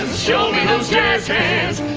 show me those jazz hands!